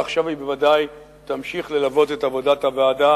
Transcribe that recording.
עכשיו היא בוודאי תמשיך ללוות את עבודת הוועדה